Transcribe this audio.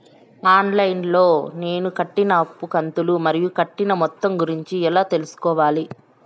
On line లో నేను కట్టిన అప్పు కంతులు మరియు కట్టిన మొత్తం గురించి ఎలా తెలుసుకోవాలి?